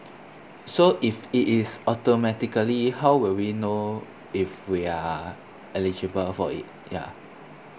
so if it is automatically how will we know if we are eligible for it ya